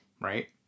Right